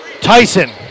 Tyson